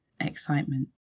excitement